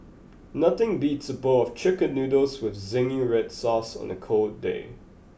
nothing beats a bowl of chicken noodles with zingy red sauce on a cold day